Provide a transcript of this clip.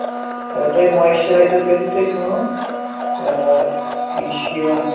اگر تۄہہِ مایسچَرایزر کٔرۍ زیٚو تُہۍ کٲم یہِ چھِ یِوان